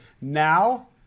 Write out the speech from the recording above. now